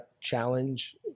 challenge